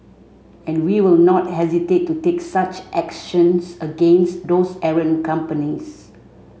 and we will not hesitate to take such actions against those errant companies